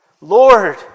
Lord